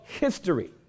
history